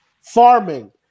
Farming